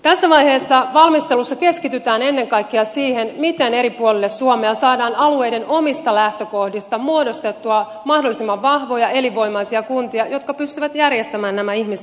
tässä vaiheessa valmistelussa keskitytään ennen kaikkea siihen miten eri puolille suomea saadaan alueiden omista lähtökohdista muodostettua mahdollisimman vahvoja elinvoimaisia kuntia jotka pystyvät järjestämään nämä ihmisten palvelut